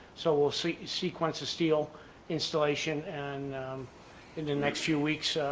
so we'll see sequence of steel installation and in the next few weeks,